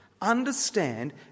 Understand